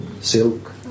Silk